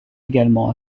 également